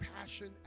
passion